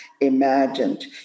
imagined